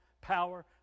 power